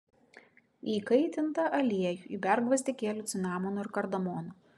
į įkaitintą aliejų įberk gvazdikėlių cinamono ir kardamono